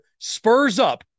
SPURSUP